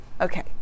okay